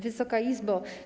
Wysoka Izbo!